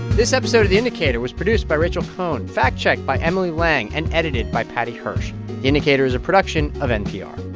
this episode of the indicator was produced by rachel cohn, fact-checked by emily lang and edited by paddy hirsch. the indicator is a production of npr